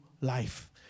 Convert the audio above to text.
life